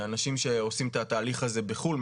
שאנשים שעושים את התהליך הזה בחו"ל,